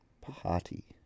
party